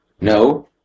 No